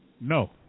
No